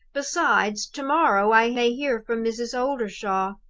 besides, to-morrow i may hear from mrs. oldershaw.